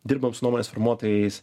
dirbam su nuomonės formuotojais